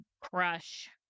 crush